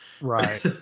right